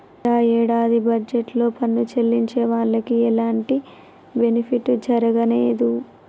యీ యేడాది బడ్జెట్ లో పన్ను చెల్లించే వాళ్లకి ఎలాంటి బెనిఫిట్ జరగనేదు